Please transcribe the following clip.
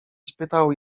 spytał